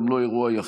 זה גם לא אירוע יחיד,